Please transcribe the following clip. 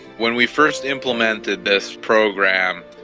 when we first implemented this program,